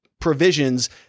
provisions